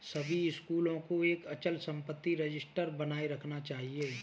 सभी स्कूलों को एक अचल संपत्ति रजिस्टर बनाए रखना चाहिए